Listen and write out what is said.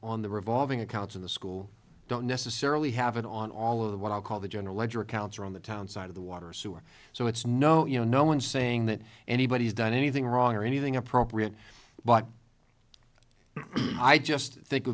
on the revolving accounts in the school don't necessarily have it on all of the what i'll call the general ledger accounts around the town side of the water sewer so it's no you know no one's saying that anybody's done anything wrong or anything appropriate but i just think